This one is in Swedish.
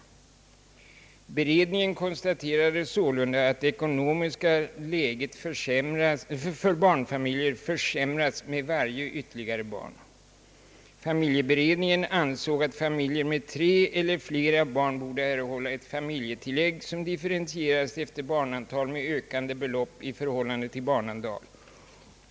Beredningen konstaterade sålunda att det ekonomiska läget för barnfamiljer förvärras med varje ytterligare barn, Familjeberedningen ansåg att familjer med tre eller flera barn borde erhålla ett familjetillägg som differentieras efter barnantal med ökande belopp i förhållande till barnantal.